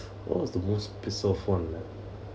what was the most pissed off [one] ah